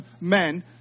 men